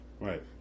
Right